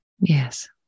Yes